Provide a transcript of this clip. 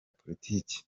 politiki